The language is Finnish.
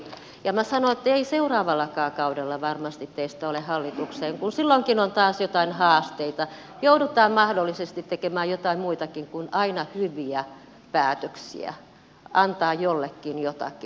ja minä sanon että ei seuraavallakaan kaudella varmasti teistä ole hallitukseen kun silloinkin on taas jotain haasteita joudutaan mahdollisesti tekemään joitain muitakin kuin aina hyviä päätöksiä antaa jollekin jotakin